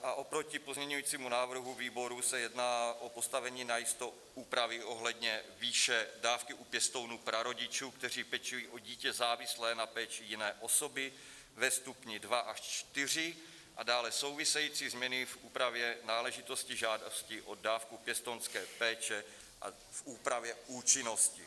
A oproti pozměňujícímu návrhu výboru se jedná o postavení najisto (?) úpravy ohledně výše dávky u pěstounůprarodičů, kteří pečují o dítě závislé na péči jiné osoby ve stupni dva až čtyři, a dále související změny v úpravě náležitosti žádosti o dávku pěstounské péče a v úpravě účinnosti.